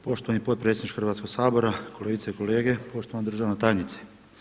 Poštovani potpredsjedniče Hrvatskog sabora, kolegice i kolege, poštovana državna tajnice.